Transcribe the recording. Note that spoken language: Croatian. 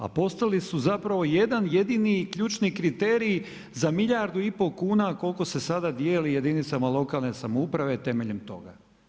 A postali su zapravo jedan jedini i ključni kriteriji za milijardu i pol kuna koliko se sada dijeli jedinicama lokalne samouprave, temeljem toga.